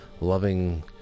loving